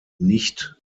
nicht